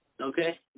Okay